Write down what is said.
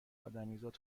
ادمیزاد